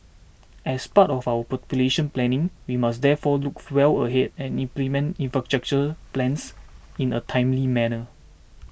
as part of our population planning we must therefore look well ahead and implement infrastructure plans in a timely manner